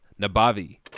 Nabavi